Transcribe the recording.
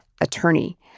attorney